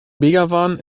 begawan